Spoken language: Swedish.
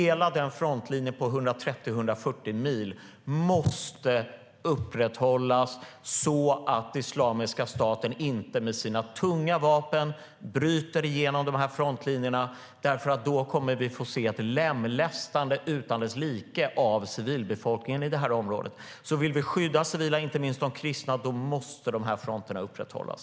Hela den frontlinjen på 130-140 mil måste upprätthållas så att inte Islamiska staten med sina tunga vapen bryter igenom, för då kommer vi att få se ett lemlästande utan dess like av civilbefolkningen i detta område. Vill vi skydda civila, inte minst de kristna, måste dessa fronter upprätthållas.